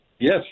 Yes